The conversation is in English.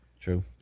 True